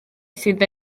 sydd